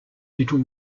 little